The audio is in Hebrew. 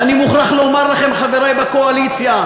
ואני מוכרח לומר לכם, חברי בקואליציה,